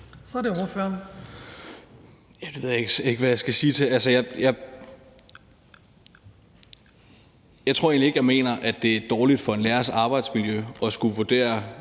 Jensen (S): Det ved jeg ikke hvad jeg skal sige til. Altså, jeg tror egentlig ikke, jeg mener, at det er dårligt for en lærers arbejdsmiljø at skulle vurdere